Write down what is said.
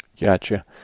Gotcha